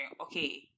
okay